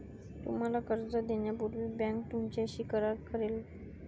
तुम्हाला कर्ज देण्यापूर्वी बँक तुमच्याशी करार करेल